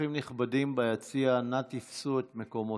אורחים נכבדים ביציע, נא תפסו את מקומותיכם,